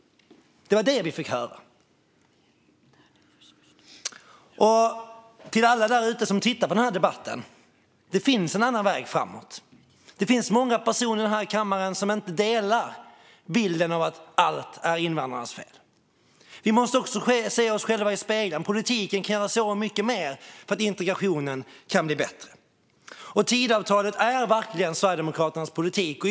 Det var det vi fick höra. Till alla där ute som tittar på denna debatt vill jag säga att det finns en annan väg framåt. Det finns många personer här i kammaren som inte håller med om att allt är invandrarnas fel. Vi måste också se oss själva i spegeln - politiken kan göra så mycket mer för att integrationen ska bli bättre. Tidöavtalet är verkligen Sverigedemokraternas politik.